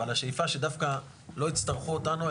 אבל השאיפה שדווקא לא יצטרכו אותנו,